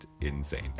insane